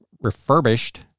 refurbished